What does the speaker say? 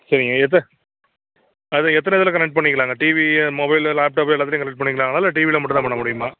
சரிங்க எத்த அது எத்தனை இதில் கனெக்ட் பண்ணிக்கலாங்க டிவி மொபைலு லேப்டாப்பு எல்லாத்துலையும் கனெக்ட் பண்ணிக்கலாங்களா இல்லை டிவியில் மட்டும்தான் பண்ண முடியுமா